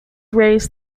raised